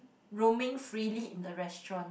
roaming freely in the restaurant